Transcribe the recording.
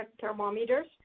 thermometers